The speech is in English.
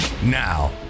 Now